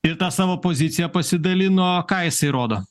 ir tą savo poziciją pasidalino ką jisai rodo